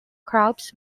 crabs